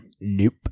nope